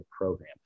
program